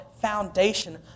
foundation